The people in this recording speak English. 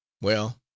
Well